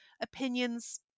opinions